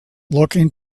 looking